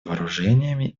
вооружениями